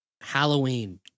Halloween